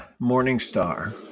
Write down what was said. Morningstar